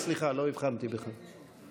סליחה, לא הבחנתי בך.